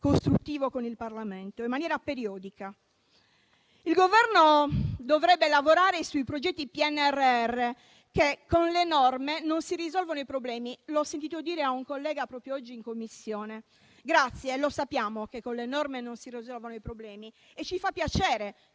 costruttivo con il Parlamento. Il Governo dovrebbe lavorare sui progetti PNRR e con le norme non si risolvono i problemi: l'ho sentito dire a un collega proprio oggi in Commissione. Grazie, lo sappiamo che con le norme non si risolvono i problemi e ci fa piacere